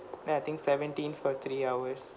then I think seventeen for three hours